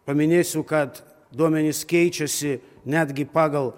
paminėsiu kad duomenys keičiasi netgi pagal